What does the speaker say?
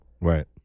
right